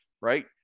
right